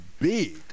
big